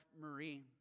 Marie